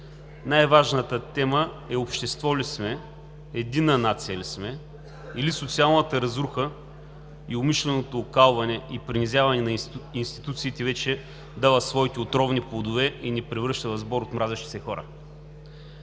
най-важната тема е: общество ли сме, единна нация ли сме? Или социалната разруха, умишленото окаляне и принизяване на институциите вече дават своите отровни плодове и ни превръщат в сбор от мразещи се хора!?